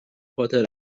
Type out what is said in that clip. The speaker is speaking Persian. پاتر